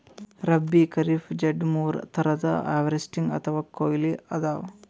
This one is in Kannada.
ರಬ್ಬೀ, ಖರೀಫ್, ಝೆಡ್ ಮೂರ್ ಥರದ್ ಹಾರ್ವೆಸ್ಟಿಂಗ್ ಅಥವಾ ಕೊಯ್ಲಿ ಅದಾವ